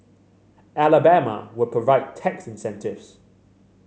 Alabama will provide tax incentives